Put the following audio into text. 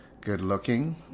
good-looking